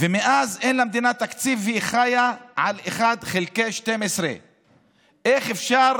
ומאז אין למדינה תקציב והיא חיה על 1 חלקי 12. איך אפשר